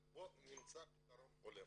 אבל בוא נמצא פתרון הולם.